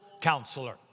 Counselor